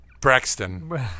Braxton